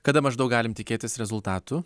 kada maždaug galim tikėtis rezultatų